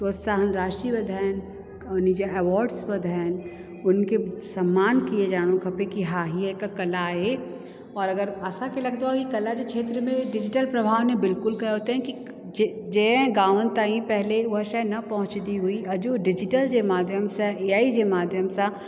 प्रोत्साहन राशी वधायनि हुनजे अवॉड्स वधाइनि हुनखे सम्मान किए ॾियणो खपे कि हा ही हिकु कला आहे और अगरि असांखे लॻंदो आहे कि कला जे खेत्र में डिजिटल प्रभाव ने बिल्कुलु कयो ते कि जंहिं जंहिं गावनि ताईं पहले उहा शइ न पहुचंदी हुई अॼु उहो डिजिटल जे माध्यम सां इहा ई जंहिं माध्यम सां